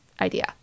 idea